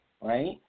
right